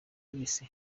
wese